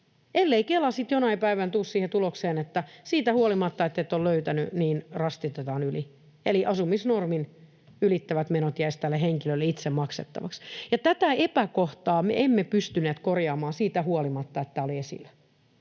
ellei Kela sitten jonain päivänä tule siihen tulokseen, että rastitetaan yli siitä huolimatta, että et ole löytänyt. Eli asumisnormin ylittävät menot jäisivät tälle henkilölle itse maksettavaksi. Tätä epäkohtaa me emme pystyneet korjaamaan siitä huolimatta, että tämä oli esillä.